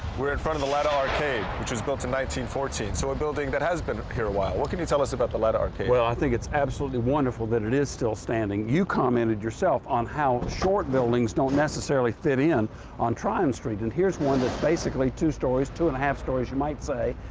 we're in front of the latta arcade, which was built in one thousand so a building that has been here a while. what can you tell us about the latta arcade? well, i think it's absolutely wonderful that it is still standing. you commented yourself on how short buildings don't necessarily fit in on tryon street, and here's one that's basically two stories, two and a half stories, you might say,